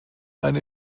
eine